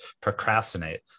procrastinate